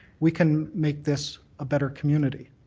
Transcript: we can make this a better community.